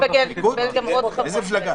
איזו מפלגה?